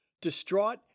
Distraught